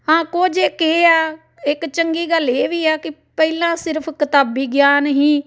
ਹਾਂ ਕੁਝ ਕਿ ਇਹ ਆ ਇੱਕ ਚੰਗੀ ਗੱਲ ਇਹ ਵੀ ਆ ਕਿ ਪਹਿਲਾਂ ਸਿਰਫ਼ ਕਿਤਾਬੀ ਗਿਆਨ ਸੀ